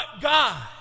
God